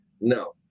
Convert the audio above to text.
No